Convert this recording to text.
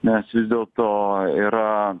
nes dėl to yra